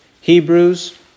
Hebrews